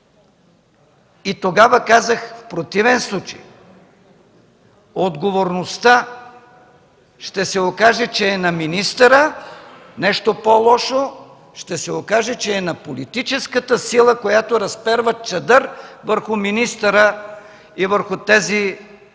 Тогава казах – в противен случай ще се окаже, че отговорността е на министъра, нещо по-лошо – ще се окаже, че е на политическата сила, която разперва чадър върху министъра и върху тези